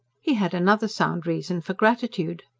he had another sound reason for gratitude.